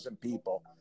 people